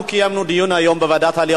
אנחנו קיימנו היום בוועדת העלייה